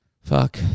Fuck